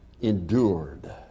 endured